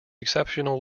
exceptional